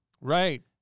right